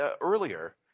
earlier